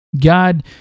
God